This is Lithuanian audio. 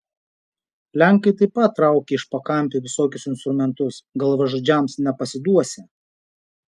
lenkai taip pat traukia iš pakampių visokius instrumentus galvažudžiams nepasiduosią